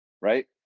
right